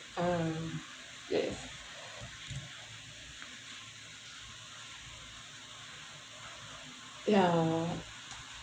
uh yes ya